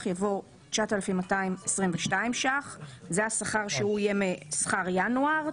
יבוא "9,222 שקלים חדשים"; זה השכר שיהיה משכר ינואר.